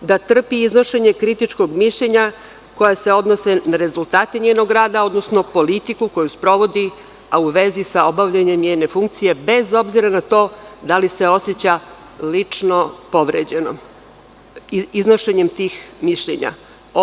da trpi iznošenje kritičkog mišljenja, a koja se odnose na rezultate njenog rada, odnosno politiku koju sprovodi, a u vezi sa obavljanjem njene funkcije, bez obzira na to da li se oseća lično povređenom iznošenjem tih mišljenja.